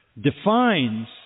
defines